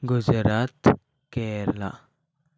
Gujarat Kerala